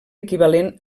equivalent